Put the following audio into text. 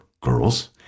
girls